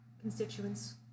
constituents